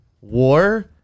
war